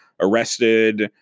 arrested